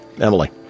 Emily